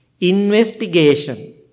investigation